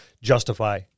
justify